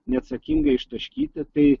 neatsakingai ištaškyti tai